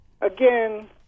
again